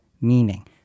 meaning